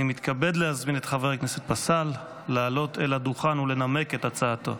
אני מתכבד להזמין את חבר הכנסת פסל לעלות לדוכן לנמק את הצעתו.